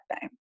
time